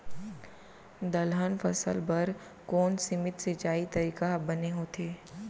दलहन फसल बर कोन सीमित सिंचाई तरीका ह बने होथे?